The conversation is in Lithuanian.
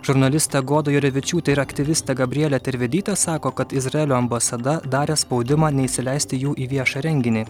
žurnalistė goda jurevičiūtė ir aktyvistė gabrielė tervidytė sako kad izraelio ambasada darė spaudimą neįsileisti jų į viešą renginį